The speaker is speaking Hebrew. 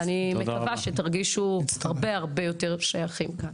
אני מקווה שתרגישו הרבה, הרבה יותר שייכים כאן.